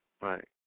Right